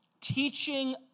teaching